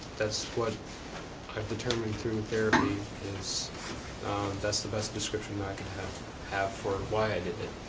that's what i've determined through therapy is that's the best description i could have have for why i did it.